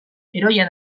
heroia